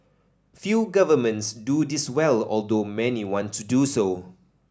few governments do this well although many want to do so